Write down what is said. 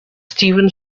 steven